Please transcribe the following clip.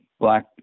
black